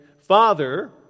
Father